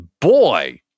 boy